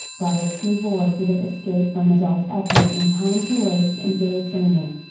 brought its reward with it escape from adult effort and time to waste in day dreaming.